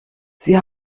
sie